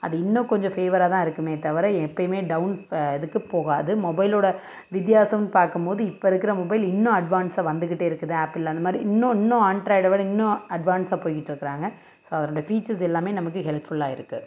அது இன்னும் கொஞ்சம் ஃபேவராக தான் இருக்குமே தவிர எப்பையுமே டவுன் ஃப இதுக்கு போகாது மொபைலோட வித்தியாசம் பாக்கும்போது இப்போ இருக்கிற மொபைல் இன்னும் அட்வான்ஸாக வந்துக்கிட்டே இருக்குது ஆப்பிள் அந்தமாதிரி இன்னும் இன்னும் ஆண்ட்ராய்டை விட இன்னும் அட்வான்ஸாக போயிக்கிட்டுருக்காங்க ஸோ அதனோட ஃபீச்சர்ஸ் எல்லாமே நமக்கு ஹெல்ப்ஃபுல்லாக இருக்கு